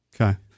Okay